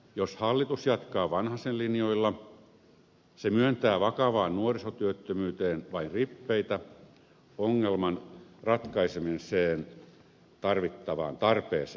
jos hallitus jatkaa vanhasen linjoilla se myöntää vakavaan nuorisotyöttömyyteen vain rippeitä ongelman ratkaisemiseen tarvittavaan tarpeeseen nähden